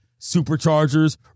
Superchargers